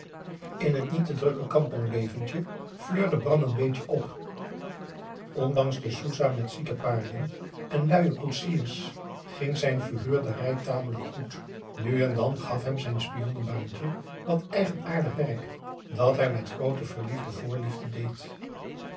in het niet te druk kampongleventje fleurde bram n beetje op ondanks de soesah met zieke paarden en luie koetsiers ging zijn verhuurderij tamelijk goed nu en dan gaf hem zijn spionnenbaantje wat eigenaardig werk dat hij met groote verliefde voorliefde deed